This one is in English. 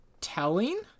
telling